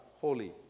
holy